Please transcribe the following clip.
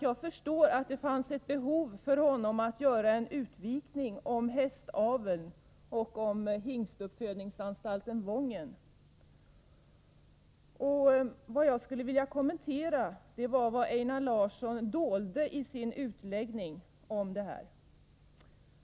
Jag förstår att det fanns ett behov för honom att göra en utvikning om hästaveln och om hingstuppfödningsanstalten Wången. Det jag skulle vilja kommentera är vad Einar Larsson dolde i sin utläggning.